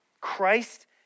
Christ